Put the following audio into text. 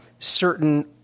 certain